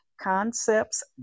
concepts